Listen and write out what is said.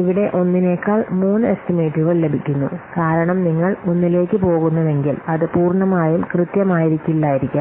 ഇവിടെ ഒന്നിനെക്കാൾ മൂന്ന് എസ്റ്റിമേറ്റുകൾ ലഭിക്കുന്നു കാരണം നിങ്ങൾ ഒന്നിലേക്ക് പോകുന്നുവെങ്കിൽ അത് പൂർണ്ണമായും കൃത്യമായിരിക്കില്ലായിരിക്കാം